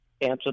answer